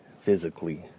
physically